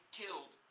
killed